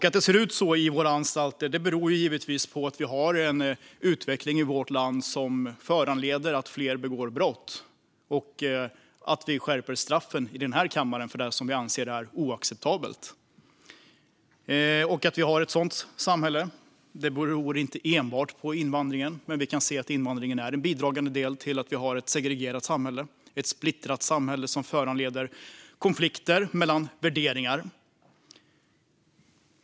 Att det ser ut så på våra anstalter beror givetvis på att vi har en utveckling i vårt land som föranleder att fler begår brott och på att vi i denna kammare skärper straffen för det som vi anser är oacceptabelt. Att vi har ett sådant samhälle beror inte enbart på invandringen, men vi kan se att invandringen är en bidragande del i att vi har ett segregerat samhälle, ett splittrat samhälle som föranleder konflikter i fråga om värderingar.